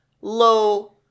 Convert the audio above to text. low